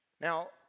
Now